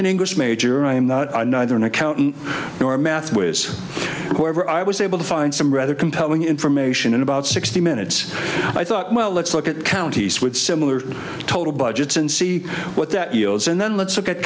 an english major i am not i neither an accountant or a math whiz however i was able to find some rather compelling information in about sixty minutes i thought well let's look at counties with similar total budgets and see what that yields and then let's look at